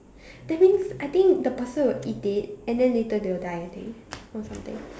that means I think the person will eat it and then later they will die I think or something